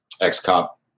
ex-cop